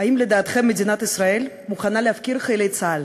האם לדעתכם מדינת ישראל מוכנה להפקיר את חיילי צה"ל